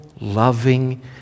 Loving